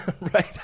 Right